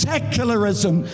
Secularism